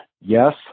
Yes